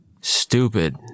stupid